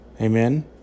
Amen